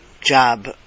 job